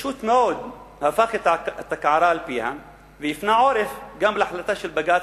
ופשוט מאוד הפך את הקערה על פיה והפנה עורף גם להחלטה של בג"ץ,